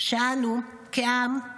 שאנו כעם,